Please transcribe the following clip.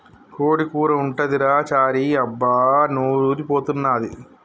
కోడి కూర ఉంటదిరా చారీ అబ్బా నోరూరి పోతన్నాది